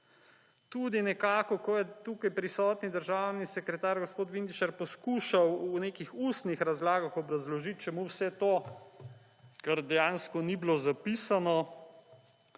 Tudi nekako, ko je tukaj prisotni državni sekretar gospod Vindišar poskušal v nekih ustnih razlagah obraložiti čemu vse to, kar dejansko ni bilo zapisano,